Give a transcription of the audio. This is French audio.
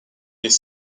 les